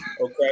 Okay